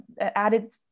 added